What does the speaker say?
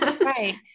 Right